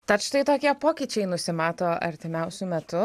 tad štai tokie pokyčiai nusimato artimiausiu metu